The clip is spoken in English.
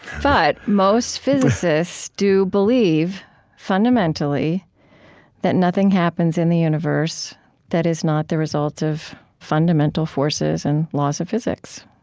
but most physicists do believe fundamentally that nothing happens in the universe that is not the result of fundamental forces and laws of physics.